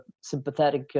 sympathetic